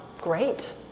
great